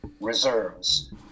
reserves